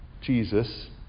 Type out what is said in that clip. Jesus